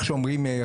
איך שאומרים,